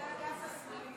זה האגף השמאלי.